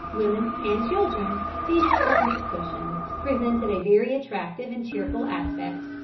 women and children, seated upon these cushions, presented a very attractive and cheerful aspect.